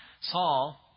Saul